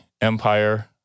empire